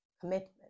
commitment